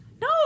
No